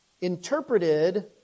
interpreted